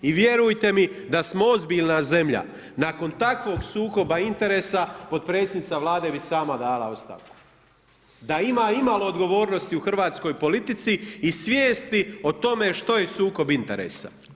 I vjerujete mi da smo ozbiljna zemlja nakon takvog sukoba interesa potpredsjednica Vlade bi sama dala ostavku, da ima imalo odgovornosti u hrvatskoj politici i svijesti o tome što je sukob interesa.